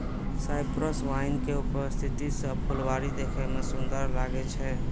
cypress vine के उपस्थिति सं फुलबाड़ी देखै मे सुंदर लागै छै